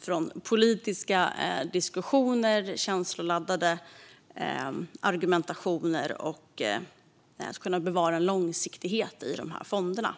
från politiska diskussioner och känsloladdade argumentationer. Och vi vill kunna bevara en långsiktighet i dessa fonder.